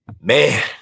Man